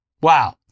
Wow